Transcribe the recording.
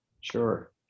Sure